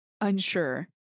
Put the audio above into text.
unsure